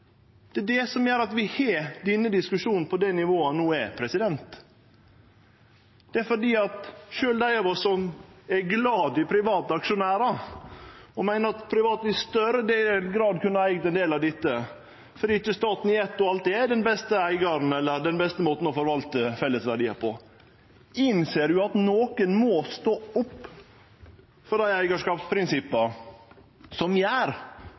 Det er det som gjer at vi har denne diskusjonen på det nivået han no er, for sjølv dei av oss som er glade i private aksjonærar og meiner at private i større grad kunne ha eigd ein del av dette – fordi staten ikkje i eitt og alt er den beste eigaren eller den beste måten å forvalte felles verdiar på – innser at nokon må stå opp for dei eigarskapsprinsippa som gjer